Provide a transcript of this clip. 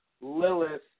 Lilith